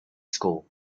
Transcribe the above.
school